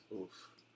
Oof